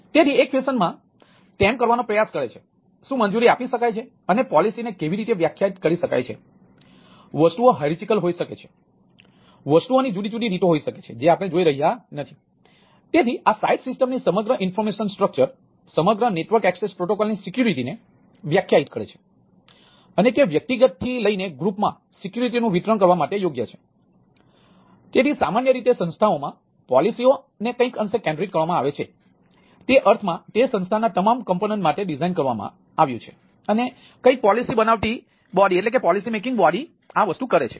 તેથી તે એક ફેશનમાં તેમ કરવાનો પ્રયાસ કરે છે શું મંજૂરી આપી શકાય છે અને પોલિસીને કેવી રીતે વ્યાખ્યાયિત કરી શકાય છે વસ્તુઓ શ્રેણીબદ્ધ કરે છે